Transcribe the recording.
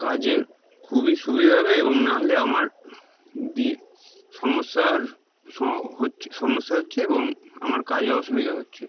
কাজের খুবই সুবিধা হবে এবং নাহলে আমার দিয়ে সমস্যার হচ্ছে সমস্যা হচ্ছে এবং আমার কাজে অসুবিধা হচ্ছে